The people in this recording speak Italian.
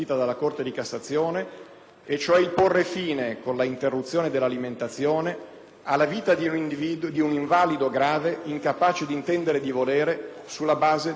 e cioè il porre fine, con l'interruzione dell'alimentazione, alla vita di un invalido grave incapace di intendere e di volere sulla base della richiesta di un genitore.